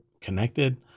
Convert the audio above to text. connected